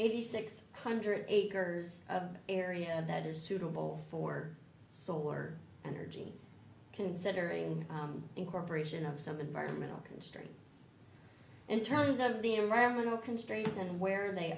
eighty six hundred acres of area that is suitable for solar energy considering incorporation of some environmental can strip in terms of the environmental constraints and where they